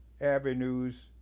avenues